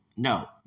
No